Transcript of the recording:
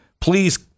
please